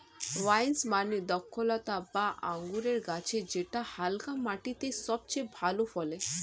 vines মানে দ্রক্ষলতা বা আঙুরের গাছ যেটা হালকা মাটিতে সবচেয়ে ভালো ফলে